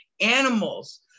animals